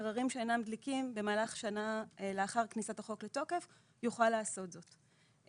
בקררים שאינם דליקים במהלך שנה לאחר כניסת החוק לתוקף יוכל לעשות זאת.